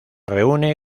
reúne